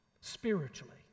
spiritually